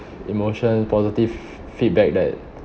emotion positive feedback that